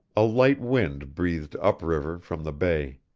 a light wind breathed up-river from the bay.